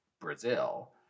Brazil